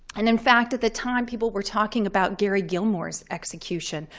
and in fact, at the time, people were talking about gary gilmore's execution,